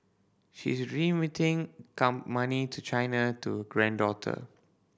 she is remitting come money to China to granddaughter